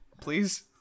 please